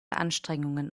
anstrengungen